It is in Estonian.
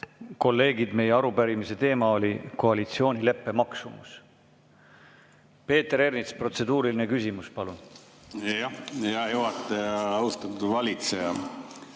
Kolleegid, meie arupärimise teema oli koalitsioonileppe maksumus. Peeter Ernits, protseduuriline küsimus, palun! Hea juhataja! Austatud valitseja!